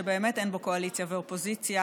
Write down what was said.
שבאמת אין בו קואליציה ואופוזיציה